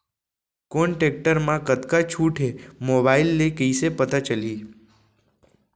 कोन टेकटर म कतका छूट हे, मोबाईल ले कइसे पता चलही?